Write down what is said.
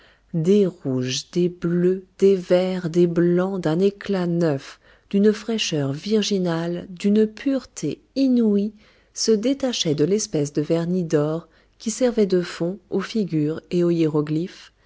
des rouges des bleus des verts des blancs d'un éclat neuf d'une fraîcheur virginale d'une pureté inouïe se détachaient de l'espace de vernis d'or qui servait de fond aux figures et aux hiéroglyphes